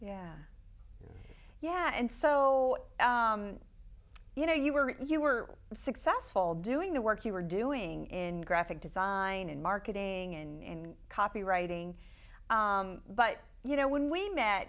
yeah yeah and so you know you were you were successful doing the work you were doing in graphic design and marketing in copywriting but you know when we met